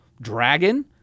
dragon